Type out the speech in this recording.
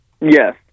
Yes